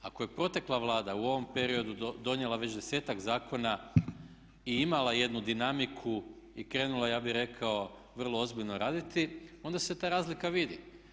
Ako je protekla Vlada u ovom periodu donijela već 10-ak zakona i imala jednu dinamiku i krenula ja bih rekao vrlo ozbiljno raditi onda se ta razlika vidi.